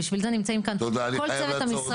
בשביל זה נמצאים כאן כל צוות המשרד